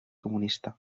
comunista